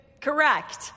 Correct